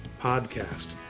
podcast